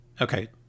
Okay